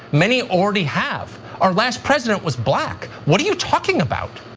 many already have. our last president was black. what are you talking about?